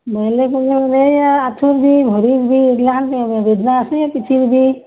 আঁঠুৰ বিষ ভৰিৰ বিষ এইগিলাখন বেদনা আছে পিঠিৰ বিষ